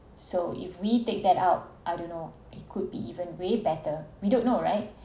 so if we take that out I don't know it could be even way better we don't know right